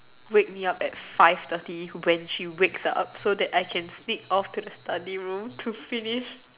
wake me up at five thirty when she wakes up so I can sneak off to the study room to finish